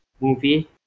movie